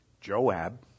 Joab